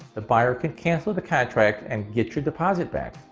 the buyer can cancel the contract and get your deposit back.